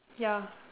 ya